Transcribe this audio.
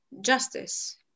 justice